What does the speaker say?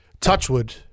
Touchwood